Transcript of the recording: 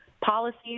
policies